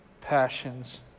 passions